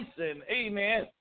amen